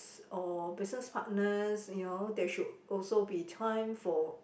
or business partners you know there should also be time for